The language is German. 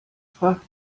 fragt